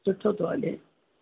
सुठो थो हले